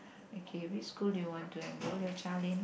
okay which school you want to enroll your child in